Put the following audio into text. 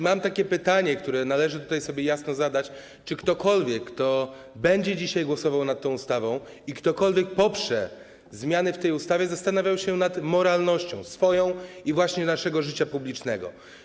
Mam takie pytanie, które należy tutaj sobie jasno zadać: Czy ktokolwiek, kto będzie dzisiaj głosował nad tą ustawą i kto poprze zmiany w tej ustawie, zastanawiał się nad moralnością swoją i właśnie naszego życia publicznego?